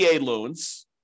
loans